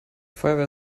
feuerwehr